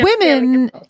women